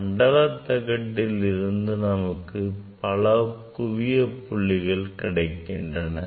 மண்டல தகட்டில் இருந்து நமக்கு பல குவிய புள்ளிகள் கிடைக்கின்றன